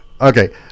Okay